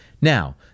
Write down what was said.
Now